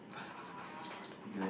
faster faster faster faster faster